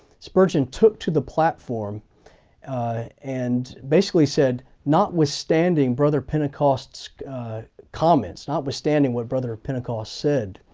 spurgeon took to the platform and basically said notwithstanding brother pentecost comments, notwithstanding what brother pentecost said,